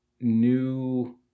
new